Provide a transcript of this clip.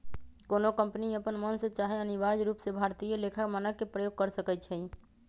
कोनो कंपनी अप्पन मन से चाहे अनिवार्य रूप से भारतीय लेखा मानक के प्रयोग कर सकइ छै